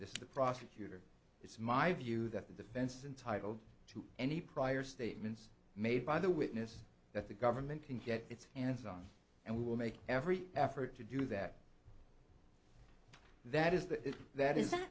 this is the prosecutor it's my view that the defense intitled to any prior statements made by the witness that the government can get its hands on and we will make every effort to do that that is that is that is